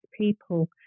people